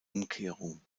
umkehrung